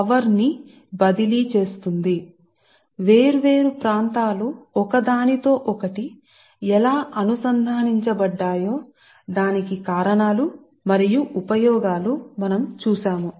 కాబట్టి ఇది మనం ఇంతకుముందు చూసిన ఇంటర్కనెక్టడ్ ఆపరేషన్స్ వాస్తవానికి వేర్వేరు ప్రాంతాలు ఒక దానితో ఒకటి అనుసంధానించబడి ఉన్నాయి ఇంటర్ కనెక్షన్లకు సరైన కారణాలు ఎలా ఉపయోగపడతాయి